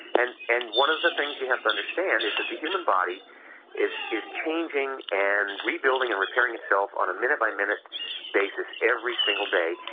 and and one of the things you have to understand is that the human body is is changing and rebuilding and repairing itself on a minute-by-minute basis every single day,